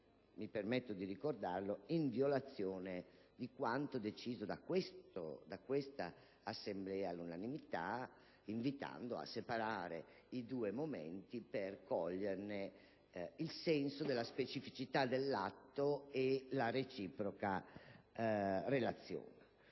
mi permetto di ricordarlo - di quanto deciso da questa Assemblea all'unanimità, invitando a separare i due momenti per cogliere il senso della specificità dell'atto e la reciproca relazione.